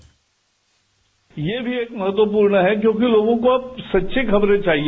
bite ये भी एक महत्वपूर्ण है क्योंकि लोगों को अब सच्ची खबरें चाहिए